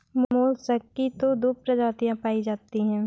mollusc की तो दो प्रजातियां पाई जाती है